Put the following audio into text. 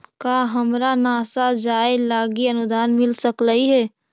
का हमरा नासा जाये लागी अनुदान मिल सकलई हे?